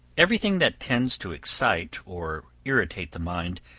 everything that tends to excite or irritate the mind,